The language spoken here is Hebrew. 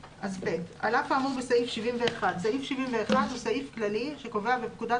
"(ב)על אף האמור בסעיף 71" סעיף 71 הוא סעיף כללי שקובע בפקודת